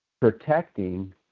protecting